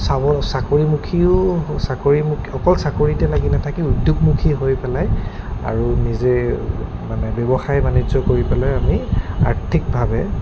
চাব চাকৰিমুখীও চাকৰিমুখী অকল চাকৰিতে লাগি নাথাকি উদ্যোগমুখী হৈ পেলাই আৰু নিজে মানে ব্যৱসায় বাণিজ্য কৰি পেলাই আমি আৰ্থিকভাৱে